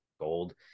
gold